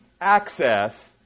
access